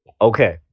Okay